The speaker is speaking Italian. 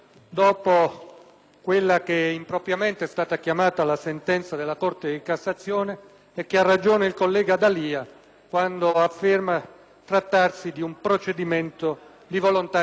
quella che è stata impropriamente chiamata la sentenza della Corte di cassazione. Ha ragione il collega D'Alia quando afferma che trattasi di un procedimento di volontaria giurisdizione.